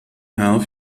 herr